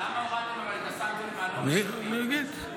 אבל למה הורדתם את הסנקציות --- אני אגיד.